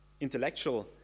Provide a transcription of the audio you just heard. intellectual